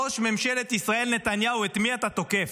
ראש ממשלת ישראל נתניהו, את מי אתה תוקף,